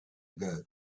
ago